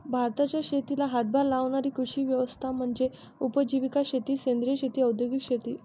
भारताच्या शेतीला हातभार लावणारी कृषी व्यवस्था म्हणजे उपजीविका शेती सेंद्रिय शेती औद्योगिक शेती